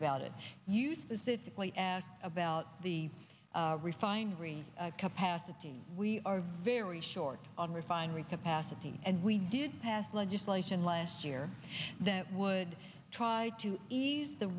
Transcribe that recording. about it you specifically asked about the refinery capacity and we are very short on refinery capacity and we did pass legislation last year that would try to ease the